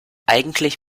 eigentlich